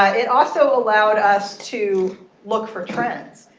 and it also allowed us to look for trends.